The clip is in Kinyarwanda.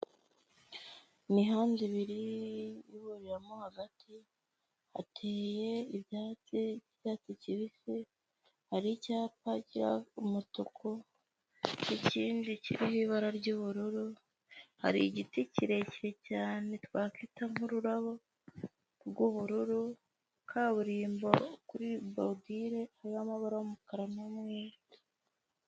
Imihanda ibiri ihuriramo hagati, hateye ibyatsi by'icyatsi kibisi, hari icyapa gi umutuku n'kindi kiriho ibara ry'ubururu, hari igiti kirekire cyane twakwita nk'ururabo rw'ubururu, kaburimbo kuri borodire y'amabara y'umukara n'umweru.